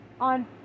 on